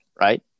right